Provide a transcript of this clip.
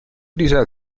dieser